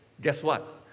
guess what?